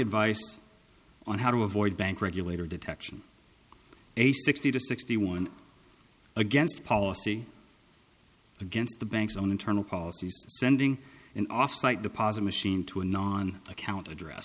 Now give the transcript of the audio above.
advice on how to avoid bank regulator detection a sixty to sixty one against policy against the bank's own internal policies sending an offsite deposit machine to a non account address